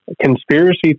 conspiracy